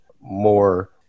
more